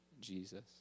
Jesus